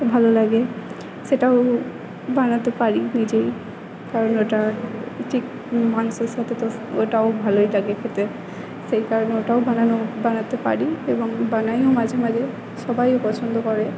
ভালো লাগে সেটাও আমি বানাতে পারি নিজেই কারণ ওটা ঠিক মাংসের সাথে তো ওটাও ভালোই লাগে খেতে সেই কারণে ওটাও বানানো বানাতে পারি এবং বানাইও মাঝে মাঝে সবাইও পছন্দ করে